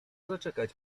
zaczekać